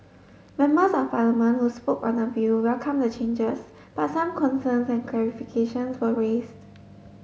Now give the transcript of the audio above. members of Parliament who spoke on the bill welcomed the changes but some concerns and clarifications were raised